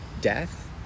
death